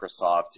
Microsoft